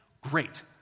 great